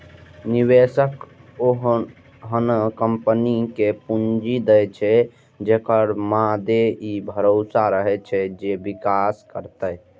निवेशक ओहने कंपनी कें पूंजी दै छै, जेकरा मादे ई भरोसा रहै छै जे विकास करतै